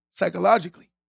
psychologically